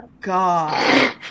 God